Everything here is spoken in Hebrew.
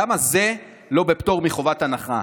למה זה לא בפטור מחובת הנחה?